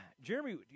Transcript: Jeremy